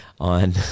on